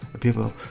People